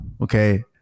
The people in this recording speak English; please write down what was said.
Okay